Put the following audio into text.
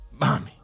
mommy